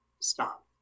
stop